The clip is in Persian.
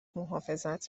محافظت